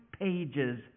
pages